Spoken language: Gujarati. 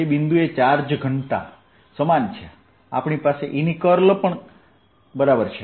તે બિંદુએ ચાર્જ ઘનતા સમાન છે આપણી પાસે E ની કર્લ પણ બરાબર છે